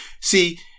See